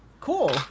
Cool